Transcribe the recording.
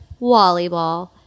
volleyball